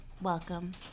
welcome